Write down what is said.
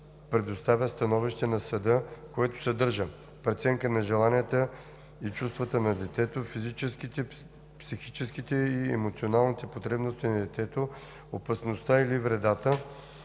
предоставя становище на съда, което съдържа: преценка на желанията и чувствата на детето; физическите, психическите и емоционалните потребности на детето; опасността или вредата,